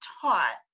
taught